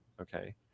okay